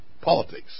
politics